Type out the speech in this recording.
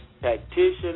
tactician